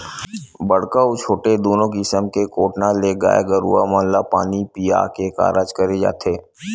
बड़का अउ छोटे दूनो किसम के कोटना ले गाय गरुवा मन ल पानी पीया के कारज करे जाथे